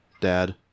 dad